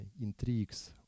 intrigues